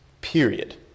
Period